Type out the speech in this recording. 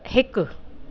हिकु